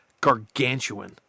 Gargantuan